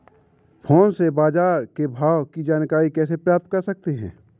Phone से बाजार के भाव की जानकारी कैसे प्राप्त कर सकते हैं?